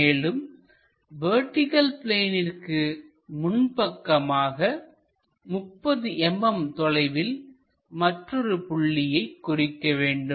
மேலும் வெர்டிகள் பிளேனிற்கு முன்பக்கமாக 30 mm தொலைவில் மற்றொரு புள்ளியை குறிக்க வேண்டும்